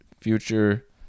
future